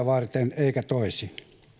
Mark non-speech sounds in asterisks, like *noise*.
*unintelligible* varten eikä toisin